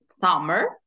summer